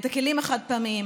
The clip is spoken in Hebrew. את הכלים החד-פעמיים.